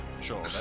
Sure